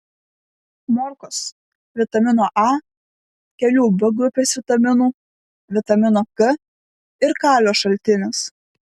morkos vitamino a kelių b grupės vitaminų vitamino k ir kalio šaltinis